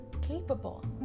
capable